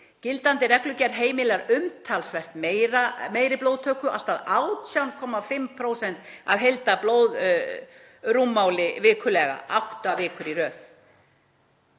Gildandi reglugerð heimilar umtalsvert meiri blóðtöku, allt að 18,5% af heildarblóðrúmmáli vikulega, átta vikur í röð.